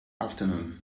afternoon